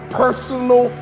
personal